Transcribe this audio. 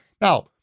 Now